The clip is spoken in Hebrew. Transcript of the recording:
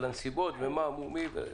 על הנסיבות וכו'.